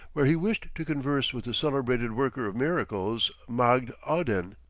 where he wished to converse with the celebrated worker of miracles magd oddin.